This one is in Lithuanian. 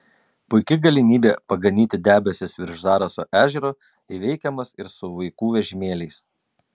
puiki galimybė paganyti debesis virš zaraso ežero įveikiamas ir su vaikų vežimėliais